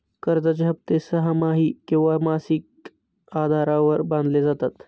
कर्जाचे हप्ते सहामाही किंवा मासिक आधारावर बांधले जातात